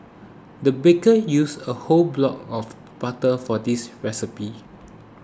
the baker used a whole block of butter for this recipe